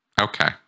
okay